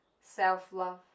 self-love